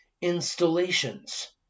installations